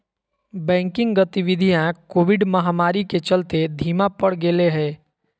banking गतिवीधियां COVID महामारी के चलते धीमा पड़ गेले हें